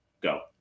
Go